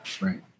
right